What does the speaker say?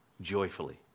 joyfully